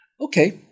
okay